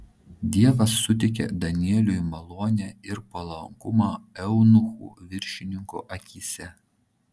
dievas suteikė danieliui malonę ir palankumą eunuchų viršininko akyse